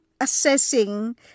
assessing